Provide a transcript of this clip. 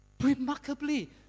Remarkably